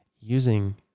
using